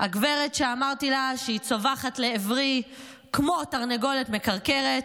הגברת שאמרתי לה שהיא צווחת לעברי כמו תרנגולת מקרקרת,